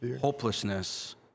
Hopelessness